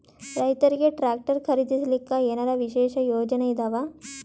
ರೈತರಿಗೆ ಟ್ರಾಕ್ಟರ್ ಖರೀದಿಸಲಿಕ್ಕ ಏನರ ವಿಶೇಷ ಯೋಜನೆ ಇದಾವ?